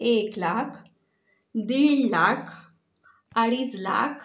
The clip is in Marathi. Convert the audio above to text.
एक लाख दीड लाख अडीच लाख